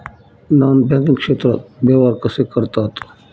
Non banking क्षेत्रात व्यवहार कसे करतात?